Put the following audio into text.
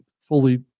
fully